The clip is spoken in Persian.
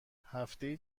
هفتهای